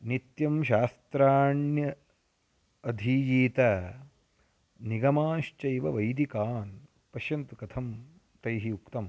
नित्यं शास्त्राण्य अधीयीत निगमांश्चैव वैदिकान् पश्यन्तु कथं तैः उक्तम्